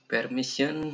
Permission